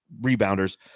rebounders